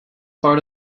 part